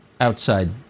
outside